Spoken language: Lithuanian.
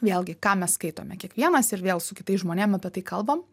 vėlgi ką mes skaitome kiekvienas ir vėl su kitais žmonėm apie tai kalbam